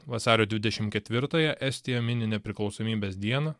vasario dvidešimt ketvirtąją estija mini nepriklausomybės dieną